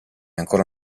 ancora